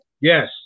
yes